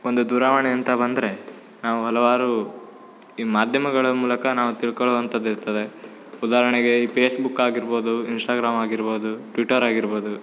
ಒಂದು ದೂರವಾಣಿ ಅಂತ ಬಂದರೆ ನಾವು ಹಲವಾರು ಈ ಮಾಧ್ಯಮಗಳ ಮೂಲಕ ನಾವು ತಿಳ್ಕೊಳ್ಳೋವಂಥದ್ದು ಇರ್ತದೆ ಉದಾಹರಣೆಗೆ ಈ ಪೇಸ್ಬುಕ್ ಆಗಿರ್ಬೋದು ಇನ್ಸ್ಟಾಗ್ರಾಮ್ ಆಗಿರ್ಬೋದು ಟ್ವಿಟರ್ ಆಗಿರ್ಬೋದು